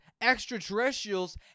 extraterrestrials